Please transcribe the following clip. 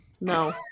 No